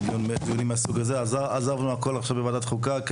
אנחנו עזבנו עכשיו דיון בוועדת חוקה,